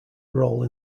role